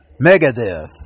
Megadeth